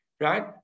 Right